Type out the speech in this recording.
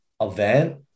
event